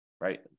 right